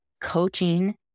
coaching